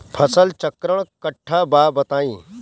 फसल चक्रण कट्ठा बा बताई?